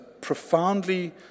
profoundly